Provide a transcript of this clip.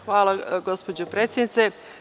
Hvala gospođo predsednice.